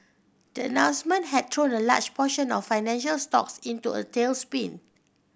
the announcement had thrown a large portion of financial stocks into a tailspin